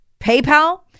PayPal